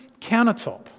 countertop